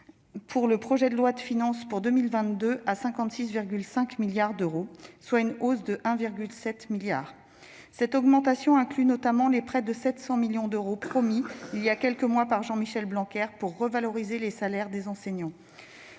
dans le projet de loi de finances pour 2022, à 56,5 milliards d'euros, soit une hausse de 1,7 milliard d'euros. Cette augmentation inclut notamment les près de 700 millions d'euros promis voilà quelques mois par Jean-Michel Blanquer pour revaloriser les salaires des enseignants.